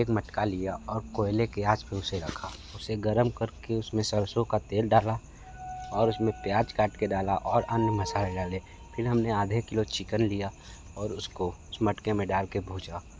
एक मटका लिया और कोयले के आँच पर उसे रखा उसे गर्म करके उसमें सरसों का तेल डाला और उसमें प्याज काट के डाला और अन्य मसाले डाले फिर हमने आधे किलो चिकन लिया और उसको उस मटके में डाल कर भूजा